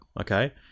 Okay